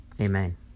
Amen